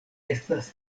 estas